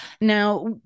Now